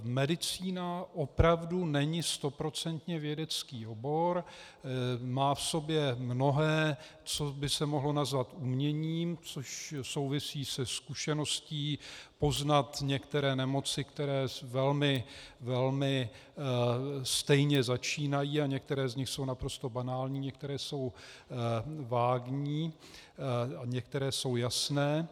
Medicína opravdu není 100% vědecký obor, má v sobě mnohé, co by se mohlo nazvat uměním, což souvisí se zkušeností poznat některé nemoci, které velmi stejně začínají, a některé z nich jsou naprosto banální, některé jsou vágní a některé jsou jasné.